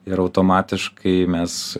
ir automatiškai mes